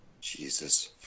Jesus